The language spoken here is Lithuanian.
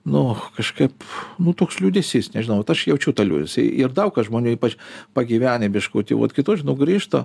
nu kažkaip nu toks liūdesys nežinau vat aš jaučiu tą liūdesį ir daug kas žmonių ypač pagyvenę biškutį vat kitur žinau grįžta